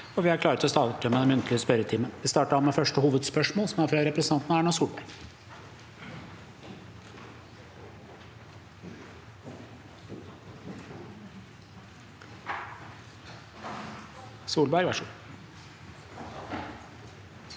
vi er klare til å starte den muntlige spørretimen. Vi starter da med første hovedspørsmål, fra representanten Erna Solberg. Erna Solberg